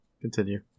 continue